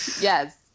Yes